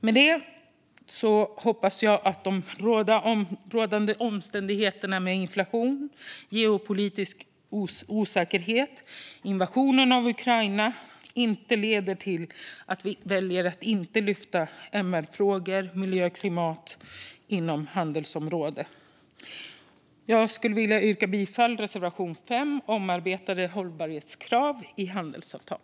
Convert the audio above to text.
Med det hoppas jag att de rådande omständigheterna med inflation, geopolitisk osäkerhet och invasionen av Ukraina inte leder till att vi väljer att inte lyfta fram MR-frågor och miljö och klimat inom handelsområdet. Jag yrkar bifall till reservation 5 om omarbetade hållbarhetskrav i handelsavtal.